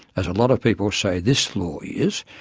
as a lot of people say this law is,